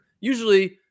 usually